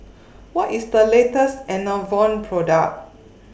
What IS The latest Enervon Product